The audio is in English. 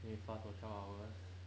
then you fast for twelve hours